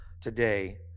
today